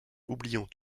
oublions